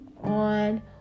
on